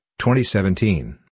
2017